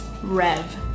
Rev